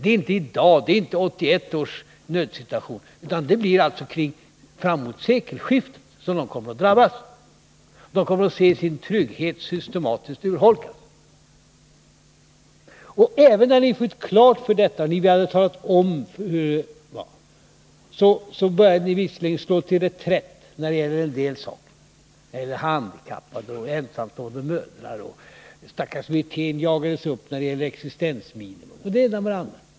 Det är inte i 1981 års nödsituation, utan det blir framåt sekelskiftet som de kommer att drabbas. De kommer att se sin trygghet systematiskt urholkad. När ni fått klart för er detta, började ni visserligen slå till reträtt när det gällde en del saker — handikappade, ensamstående mödrar. Och stackars Wirtén jagades upp när det gällde existensminimum och det ena med det andra.